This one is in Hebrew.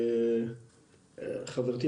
חברתי,